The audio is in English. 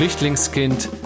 Flüchtlingskind